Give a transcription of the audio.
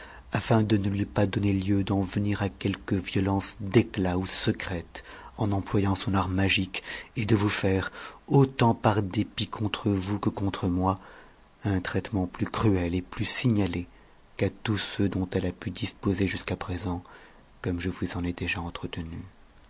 afin de ne lui pas donner lieu d'en venir à quelque vtoleac d'éclat ou secrète en employant son art magique et de vous hure a tant par dépit contre vous que contre moi un traitement plus crue ci plus signalé qu'à tous ceux dont elle a pu disposer jusqu'à présent cou jo vous en ai déjà entretenu